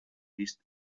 vist